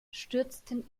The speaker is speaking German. stürzten